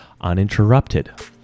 uninterrupted